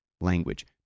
language